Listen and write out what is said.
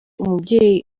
umubyeyi